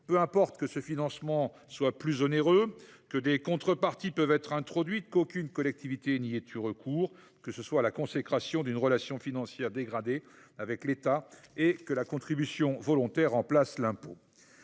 Peu importe que ce financement soit plus onéreux, que des contreparties puissent être introduites, qu’aucune collectivité n’y ait eu recours, que ce soit la consécration d’une relation financière dégradée avec l’État et que la contribution volontaire remplace l’impôt